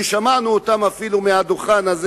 ששמענו אותם אפילו מהדוכן הזה,